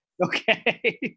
Okay